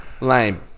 lame